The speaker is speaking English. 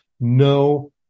No